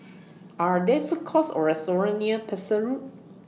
Are There Food Courts Or restaurants near Pesek Road